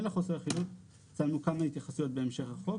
לחוסר האחידות הצגנו כמה התייחסויות בהמשך החוק,